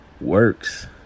works